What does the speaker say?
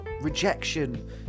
rejection